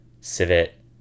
civet